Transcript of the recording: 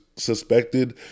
suspected